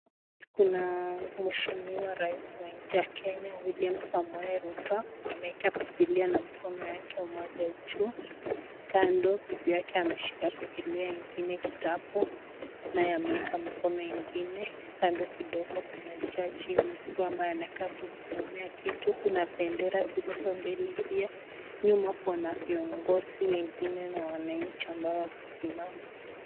Kuna mheshimiwa rais wa nchi ya Kenya William Samoei Rutto ameweka bibilia na mkono yake moja juu kando bibi yake ameshika bibilia ngine kitabu naye ameweka mkono ngine kando kidogo kuna jaji mkuu ambaye anakaa kumsomea kitu, kuna bendera zilizo mbele pia, nyuma kuna viongozi wengine na wana nchi ambao wamesimama.